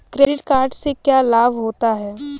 Credit card से क्या क्या लाभ होता है?